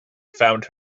found